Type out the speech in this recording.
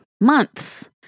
months